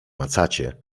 macacie